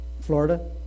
Florida